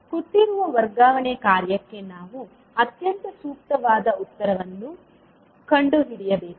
ಕೊಟ್ಟಿರುವ ವರ್ಗಾವಣೆ ಕಾರ್ಯಕ್ಕೆ ನಾವು ಅತ್ಯಂತ ಸೂಕ್ತವಾದ ಉತ್ತರವನ್ನು ಕಂಡುಹಿಡಿಯಬೇಕು